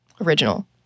original